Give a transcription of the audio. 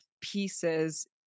pieces